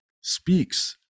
speaks